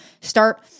start